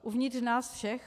Uvnitř nás všech?